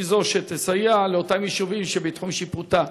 והיא זו שתסייע לאותם יישובים שבתחום שיפוטה.